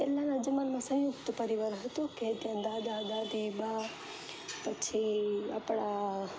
પહેલાના જમાનામાં સંયુક્ત પરિવાર હતું કે દાદા દાદી બા પછી આપણા